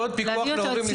פרטים.